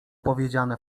powiedziane